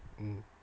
mm